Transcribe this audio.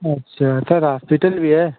अच्छा sir hospital भी है